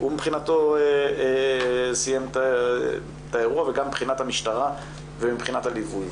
הוא מבחינתו סיים את האירוע וגם מבחינת המשטרה ומבחינת הליווי.